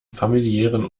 familiären